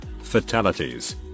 fatalities